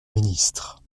ministre